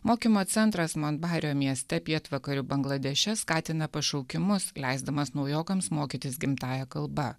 mokymo centras mon bajerio mieste pietvakarių bangladeše skatina pašaukimus leisdamas naujokams mokytis gimtąja kalba